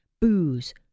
booze